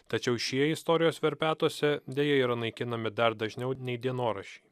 tačiau šie istorijos verpetuose deja yra naikinami dar dažniau nei dienoraščiai